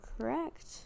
correct